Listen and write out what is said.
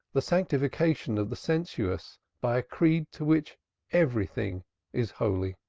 the sanctification of the sensuous by a creed to which everything is holy.